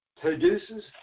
produces